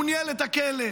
הוא ניהל את הכלא.